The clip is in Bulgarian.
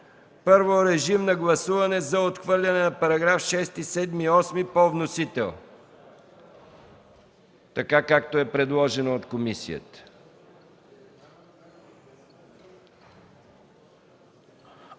Първо, режим на гласуване за отхвърляне на параграфи 6, 7 и 8 по вносител, така както е предложено от комисията.